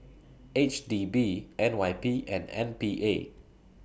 H D B N Y P and M P A